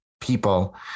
people